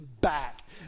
back